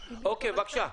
בבקשה.